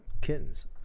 kittens